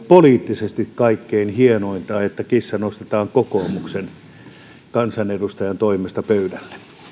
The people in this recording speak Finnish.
poliittisesti kaikkein hienointa että kissa nostetaan kokoomuksen kansanedustajan toimesta pöydälle